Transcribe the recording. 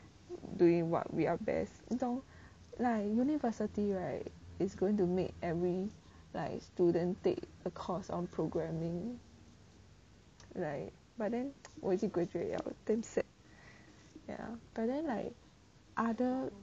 doing what we are best 你懂 like university right it's going to make every like student take a course on programming like but then 我已经 graduate liao damn sad